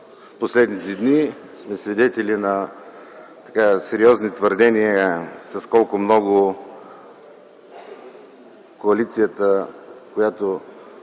последните дни сме свидетели на сериозни твърдения с колко много коалицията, която